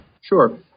Sure